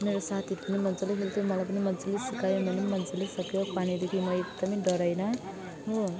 मेरो साथी पनि मजाले खेल्थ्यो मलाई पनि मजाले सिकायो मैले पनि मजाले सिकेँ पानीदेखि म एकदमै डराइनँ हो